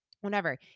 Whenever